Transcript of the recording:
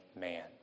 man